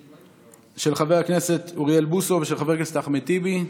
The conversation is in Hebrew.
של חבר הכנסת אריאל בוסו ושל חבר הכנסת אחמד טיבי.